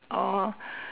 oh